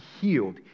healed